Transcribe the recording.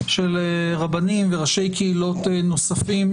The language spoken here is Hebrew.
של רבנים וראשי קהילות נוספים.